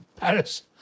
Paris